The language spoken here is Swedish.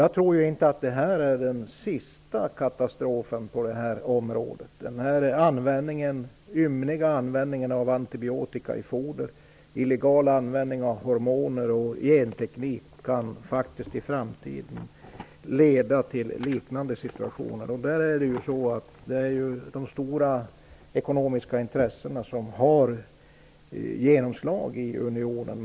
Jag tror ju inte att detta är den sista katastrofen på det här området. Den ymniga användningen av antibiotika i foder, illegal användning av hormoner och genteknik kan faktiskt leda till liknande situationer i framtiden. Det är ju de stora ekonomiska intressena som har genomslag i unionen.